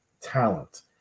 talent